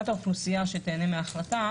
האוכלוסייה שתיהנה מההחלטה